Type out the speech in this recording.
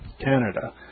Canada